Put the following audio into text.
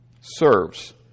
serves